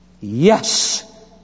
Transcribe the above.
Yes